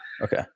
okay